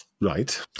right